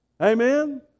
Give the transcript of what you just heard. amen